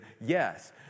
Yes